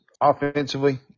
offensively